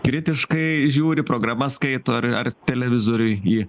kritiškai žiūri programas skaito ar ar televizoriuj į